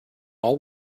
all